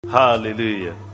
Hallelujah